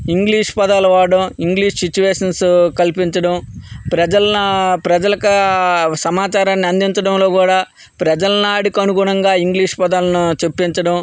English పదాలు వాడడం English situations కల్పించడం ప్రజలను ప్రజలకా సమాచారాన్ని అందించడంలో కూడా ప్రజల నాడీకి అనుగుణంగా ఇంగ్లీష్ పదాలను చెప్పించడం